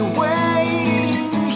waiting